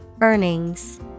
Earnings